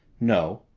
no.